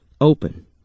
Open